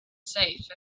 safe